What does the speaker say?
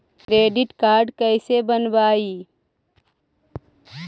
Credit card कैसे बनवाई?